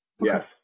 Yes